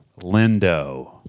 Lindo